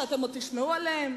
שאתם עוד תשמעו עליהם?